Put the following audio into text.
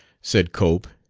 said cope,